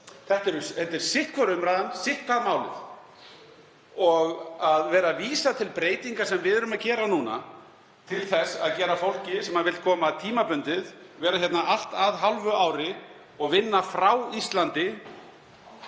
Þetta er sitthvor umræðan, sitt málið hvort. Að vísa til breytinga sem við erum að gera núna til þess að gera fólki sem vill koma tímabundið, vera hérna allt að hálfu ári og vinna frá Íslandi